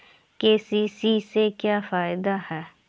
KCC से का फायदा ह?